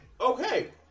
okay